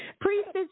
Priestess